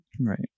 right